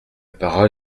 parole